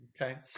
Okay